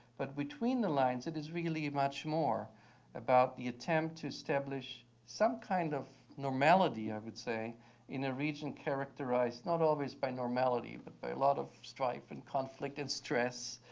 but between the lines it is really much more about the attempt to establish some kind of normality i would say in a region characterized not always by normality but by a lot of strife and conflict and stress.